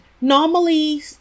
normally